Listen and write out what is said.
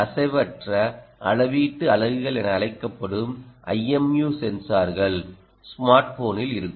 அசைவற்ற அளவீட்டு அலகுகள் என அழைக்கப்படும் IMU சென்சார்கள் ஸ்மார்ட் போனில் இருக்கும்